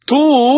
Two